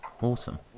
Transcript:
awesome